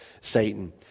Satan